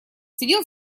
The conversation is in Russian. сидел